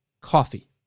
coffee